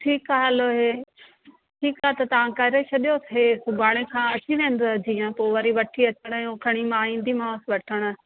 ठीकु आहे हलो हीउ ठीकु आहे त तव्हां करे छॾियो हीउ सुभाणे खां अची वेंदुव जीअं पोइ वरी वठी अचण जो खणी मां ईंदीमांसि वठणु